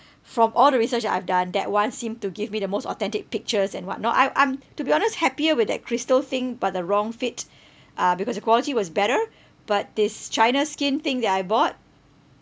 from all the research that I've done that one seem to give me the most authentic pictures and whatnot I I'm to be honest happier with that crystal thing but the wrong fit uh because the quality was better but this china skin thing that I bought